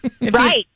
Right